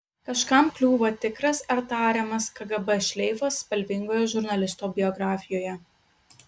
kažkam kliūva tikras ar tariamas kgb šleifas spalvingoje žurnalisto biografijoje